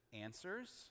answers